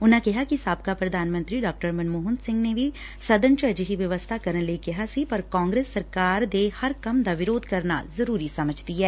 ਉਨੂਾ ਕਿਹਾ ਕਿ ਸਾਬਕਾ ਪ੍ਰਧਾਨ ਮੰਤਰੀ ਡਾਕਟਰ ਮਨਮੋਹਨ ਸਿੰਘ ਨੇ ਵੀ ਸਦਨ ਚ ਅਜਿਹੀ ਵਿਵਸਬਾ ਕਰਨ ਲਈ ਕਿਹਾ ਸੀ ਪਰ ਕਾਂਗਰਸ ਸਰਕਾਰ ਦੇ ਹਰ ਕੰਮ ਦਾ ਵਿਰੋਧ ਕਰਨਾ ਜ਼ਰੂਰੀ ਸਮਝਦੀ ਐ